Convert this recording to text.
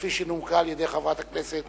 כפי שנומקה על-ידי חברת הכנסת